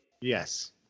Yes